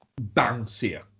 bouncier